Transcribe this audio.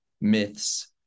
myths